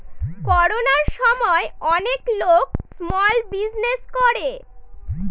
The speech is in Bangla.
করোনার সময় অনেক লোক স্মল বিজনেস করে